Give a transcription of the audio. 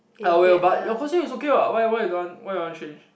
I will but your costume is okay what why why you don't want why you want to change